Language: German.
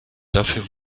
dafür